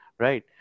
Right